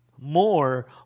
More